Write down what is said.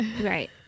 Right